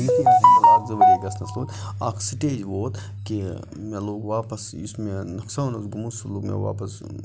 ہٮ۪نٛڈَل اَکھ زٕ ؤری گژھنَس اَکھ سٹیج ووت کہِ مےٚ لوٚگ واپَس یُس مےٚ نۄقصان اوس گوٚمُت سُہ لوٚگ مےٚ واپَس